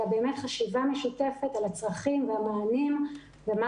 אלא חשיבה משותפת על הצרכים והמענים ומה